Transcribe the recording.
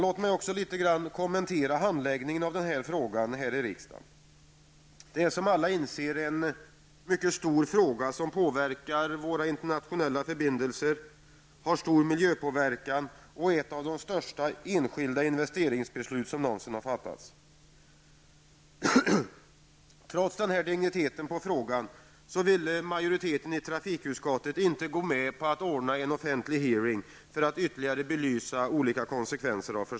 Låt mig också litet kommentera handläggningen av denna fråga. Detta är som alla inser en mycket stor fråga som påverkar våra internationella förbindelser, har stor miljöpåverkan och är ett av de största enskilda investeringsbeslut som någonsin fattats. Trots denna dignitet på frågan ville majoriteten i utskottet inte gå med på att ordna en offentlig hearing för att ytterligare belysa olika konsekvenser.